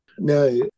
No